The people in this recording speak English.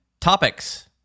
topics